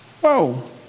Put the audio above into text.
Whoa